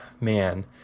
man